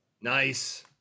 nice